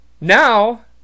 Now